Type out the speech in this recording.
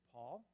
Paul